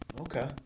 Okay